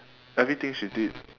everything she did